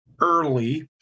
early